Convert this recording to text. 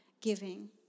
giving